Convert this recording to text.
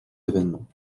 événements